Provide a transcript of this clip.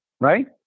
Right